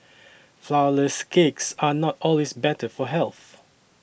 Flourless Cakes are not always better for health